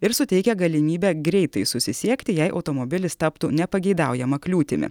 ir suteikia galimybę greitai susisiekti jei automobilis taptų nepageidaujama kliūtimi